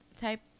type